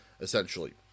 essentially